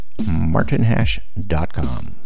martinhash.com